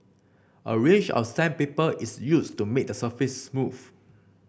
a range of sandpaper is used to make the surface smooth